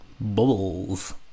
Bubbles